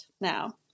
now